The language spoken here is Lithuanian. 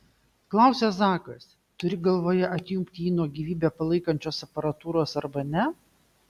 klausia zakas turi galvoje atjungti jį nuo gyvybę palaikančios aparatūros arba ne